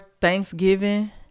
Thanksgiving